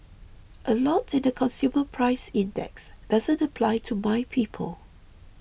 a lot in the consumer price index doesn't apply to my people